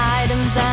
items